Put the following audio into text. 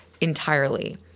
entirely